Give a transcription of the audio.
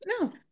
No